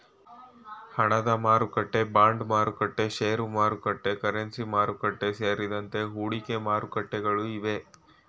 ಹಣದಮಾರುಕಟ್ಟೆ, ಬಾಂಡ್ಮಾರುಕಟ್ಟೆ, ಶೇರುಮಾರುಕಟ್ಟೆ, ಕರೆನ್ಸಿ ಮಾರುಕಟ್ಟೆ, ಸೇರಿದಂತೆ ಹೂಡಿಕೆ ಮಾರುಕಟ್ಟೆಗಳು ಇವೆ